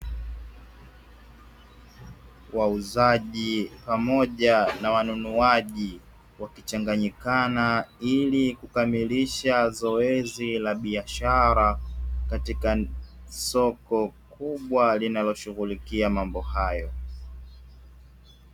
Wauzaji pamoja na wanunuaji pamoja wakichanganyikana, ili kukamilisha zoezi la biashara katika soko kubwa linaloshughulikia mambo hayo.